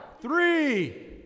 three